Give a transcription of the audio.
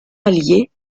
alliée